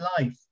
life